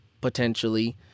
potentially